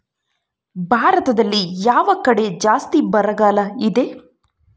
ಭಾರತದಲ್ಲಿ ಯಾವ ಕಡೆ ಜಾಸ್ತಿ ಬರಗಾಲ ಇದೆ?